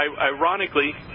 ironically